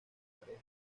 pareja